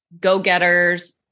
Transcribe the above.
go-getters